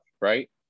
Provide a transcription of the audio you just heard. right